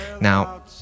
Now